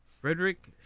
Frederick